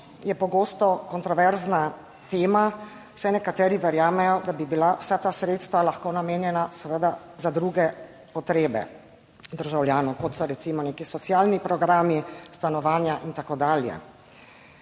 je pogosto kontroverzna tema, saj nekateri verjamejo, da bi bila vsa ta sredstva lahko namenjena za druge potrebe državljanov, kot so recimo neki socialni programi, stanovanja in tako dalje.